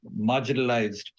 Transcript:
marginalized